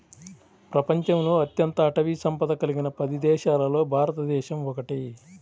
ప్రపంచంలో అత్యంత అటవీ సంపద కలిగిన పది దేశాలలో భారతదేశం ఒకటి